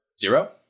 Zero